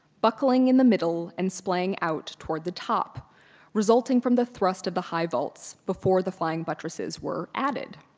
buckling in the middle and splaying out toward the top resulting from the thrust of the high vaults before the flying buttresses were added.